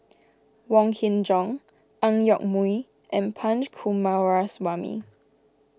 Wong Kin Jong Ang Yoke Mooi and Punch Coomaraswamy